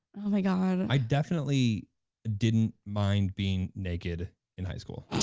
oh my god. i definitely didn't mind being naked in high school.